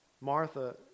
Martha